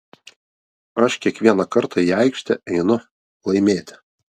aš kiekvieną kartą į aikštę einu laimėti